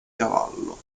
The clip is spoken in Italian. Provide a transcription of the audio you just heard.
cavallo